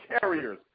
carriers